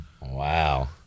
wow